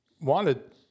wanted